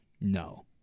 no